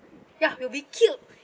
ya will be killed